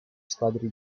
squadre